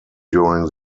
during